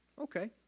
okay